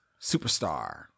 Superstar